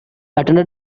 attended